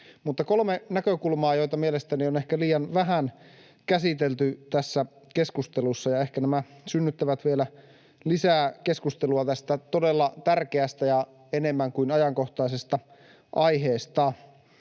Kolme näkökulmaa, joita mielestäni on ehkä liian vähän käsitelty tässä keskustelussa — ja ehkä nämä synnyttävät vielä lisää keskustelua tästä todella tärkeästä ja enemmän kuin ajankohdasta aiheesta: